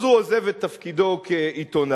אז הוא עוזב את תפקידו כעיתונאי,